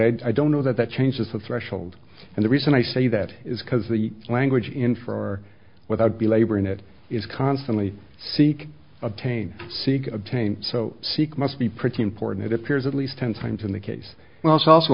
i don't know that that changes the threshold and the reason i say that is because the language in for without belaboring it is constantly seek obtain seek obtain so seek must be pretty important it appears at least ten times in the case well it's also